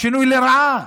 שינוי לרעה.